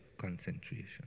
concentration